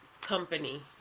company